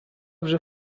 вже